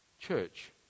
church